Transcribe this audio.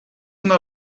una